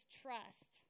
trust